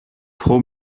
pro